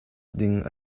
ding